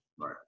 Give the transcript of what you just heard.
Right